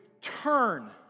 turn